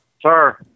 Sir